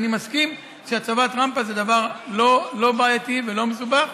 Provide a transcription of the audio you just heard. אני מסכים שהצבת רמפה זה דבר לא בעייתי ולא מסובך.